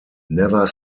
never